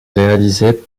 réalisé